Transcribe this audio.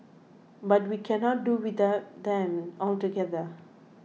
but we cannot do without them altogether